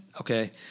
okay